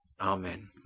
Amen